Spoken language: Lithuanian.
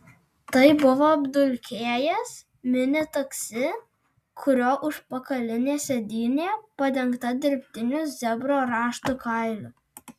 tai buvo apdulkėjęs mini taksi kurio užpakalinė sėdynė padengta dirbtiniu zebro rašto kailiu